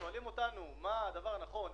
כששואלים אותנו מה הדבר הנכון,